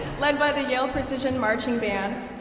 led by the yale precision marching band.